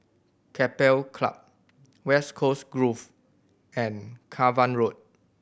Keppel Club West Coast Grove and Cavan Road